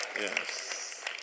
Yes